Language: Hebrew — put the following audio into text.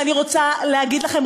ואני רוצה להגיד לכם,